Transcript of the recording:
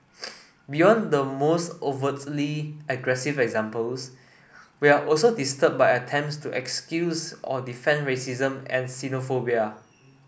beyond the most overtly aggressive examples we are also disturbed by attempts to excuse or defend racism and xenophobia